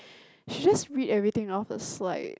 she just read everything off the slide